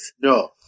No